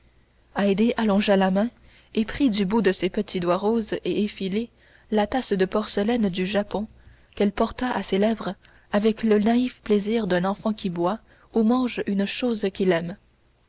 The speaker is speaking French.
allongea la main et prit du bout de ses petits doigts roses et effilés la tasse de porcelaine du japon qu'elle porta à ses lèvres avec le naïf plaisir d'un enfant qui boit ou mange une chose qu'il aime